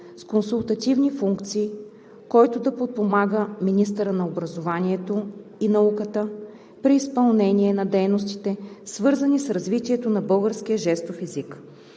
с консултативни функции, който да подпомага министъра на образованието и науката при изпълнение на дейностите, свързани с развитието на българския жестов език.